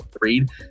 read